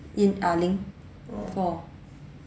in ah ling four